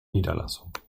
niederlassung